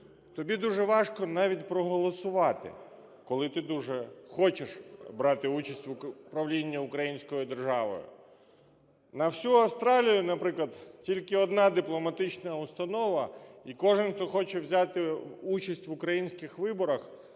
тобі дуже важко навіть проголосувати, коли ти дуже хочеш брати участь в управлінні українською державою. На всю Австралію, наприклад, тільки одна дипломатична установа і кожен, хто хоче взяти участь в українських виборах,